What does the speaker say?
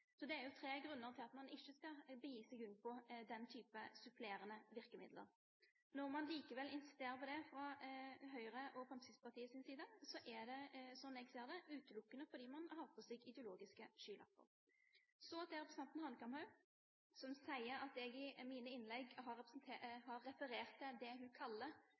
Så det er tre grunner til at man ikke skal begi seg inn på den type supplerende virkemidler. Når man likevel fra Høyre og Fremskrittspartiets side insisterer på det, er det, som jeg ser det, utelukkende fordi man har på seg ideologiske skylapper. Så til representanten Hanekamhaug, som sier at jeg i mine innlegg har referert til det hun kaller